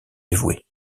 dévoués